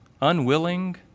unwilling